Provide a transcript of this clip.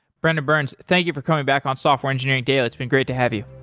brenda burns, thank you for coming back on software engineering daily. it's been great to have you.